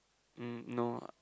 mm no ah